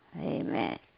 Amen